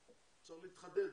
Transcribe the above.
צריך להתחדד.